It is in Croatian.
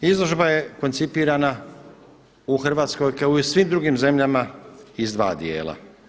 Izložba je koncipirana u Hrvatskoj kao i u svim drugim zemljama iz dva dijela.